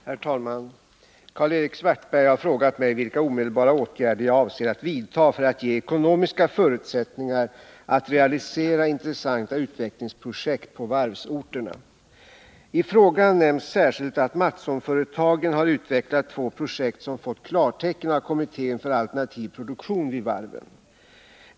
Herr talman! Karl-Erik Svartberg har frågat mig vilka omedelbara åtgärder jag avser att vidta för att ge ekonomiska förutsättningar att realisera intressanta utvecklingsprojekt på varvsorterna. I frågan nämns särskilt att Mattssonföretagen har utvecklat två projekt som fått klartecken av kommittén för alternativ produktion vid varven.